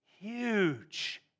huge